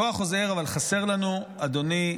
הכוח חוזר, אבל חסר לנו, אדוני,